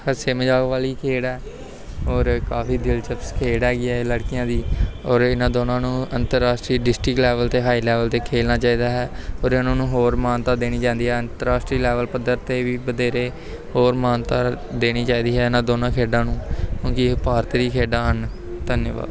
ਹਾਸੇ ਮਜਾਕ ਵਾਲੀ ਖੇਡ ਆ ਔਰ ਕਾਫ਼ੀ ਦਿਲਚਸਪ ਖੇਡ ਹੈਗੀ ਹੈ ਲੜਕੀਆਂ ਦੀ ਔਰ ਇਹਨਾਂ ਦੋਨਾਂ ਨੂੰ ਅੰਤਰਰਾਸ਼ਟਰੀ ਡਿਸਟ੍ਰਿਕਟ ਲੈਵਲ 'ਤੇ ਹਾਈ ਲੈਵਲ 'ਤੇ ਖੇਡਣਾ ਚਾਹੀਦਾ ਹੈ ਔਰ ਇਹਨਾਂ ਨੂੰ ਹੋਰ ਮਾਨਤਾ ਦੇਣੀ ਜਾਂਦੀ ਆ ਅੰਤਰਾਸ਼ਟਰੀ ਲੈਵਲ 'ਪੱਧਰ ਤੇ ਵੀ ਵਧੇਰੇ ਹੋਰ ਮਾਨਤਾ ਦੇਣੀ ਚਾਹੀਦੀ ਹੈ ਇਹਨਾਂ ਦੋਨਾਂ ਖੇਡਾਂ ਨੂੰ ਕਿਉਂਕਿ ਇਹ ਭਾਰਤ ਦੀ ਖੇਡਾਂ ਹਨ ਧੰਨਵਾਦ